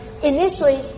Initially